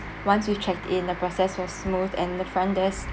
once we checked in the process was smooth and the front desk